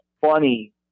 funny